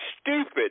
stupid